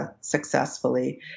successfully